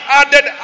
added